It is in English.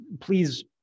please